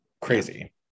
crazy